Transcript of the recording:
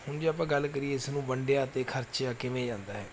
ਹੁਣ ਜੇ ਆਪਾਂ ਗੱਲ ਕਰੀਏ ਇਸ ਨੂੰ ਵੰਡਿਆ ਅਤੇ ਖਰਚਿਆ ਕਿਵੇਂ ਜਾਂਦਾ ਹੈ